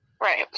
Right